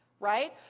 right